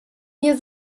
hier